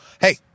Hey